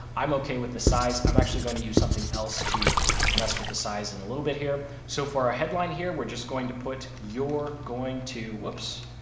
i'm okay with the size. i'm actually going to use something else to mess with the size and a little bit here. so for our headline here, we're just going to put your going to whoops!